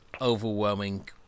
overwhelming